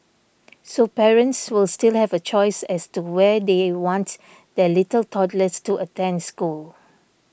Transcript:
so parents will still have a choice as to where they want their little toddlers to attend school